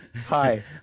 Hi